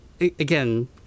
again